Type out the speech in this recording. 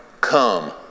come